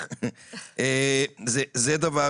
שניכם, לא זוכר